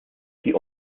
die